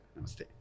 Namaste